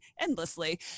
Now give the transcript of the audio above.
endlessly